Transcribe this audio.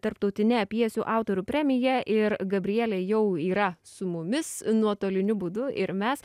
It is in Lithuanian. tarptautine pjesių autorių premija ir gabrielė jau yra su mumis nuotoliniu būdu ir mes